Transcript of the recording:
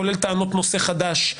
כולל טענות נושא חדש,